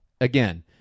again